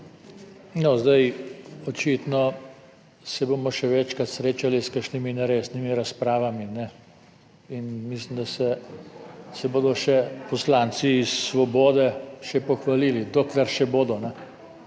zdaj očitno se bomo še večkrat srečali s kakšnimi neresnimi razpravami in mislim, da se bodo še poslanci iz Svobode še pohvalili, dokler še bodo,